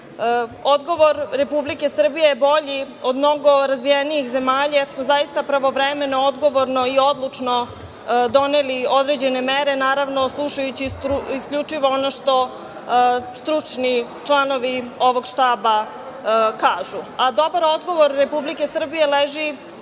Republike Srbije je bolji od mnogo razvijenijih zemalja, jer smo zaista pravovremeno, odgovorno i odlučno doneli određene mere slušajući isključivo ono što stručni članovi ovog štaba kažu. Dobar odgovor Republike Srbije leži